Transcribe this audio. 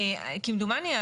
כמדומני,